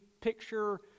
picture